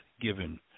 given